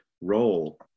role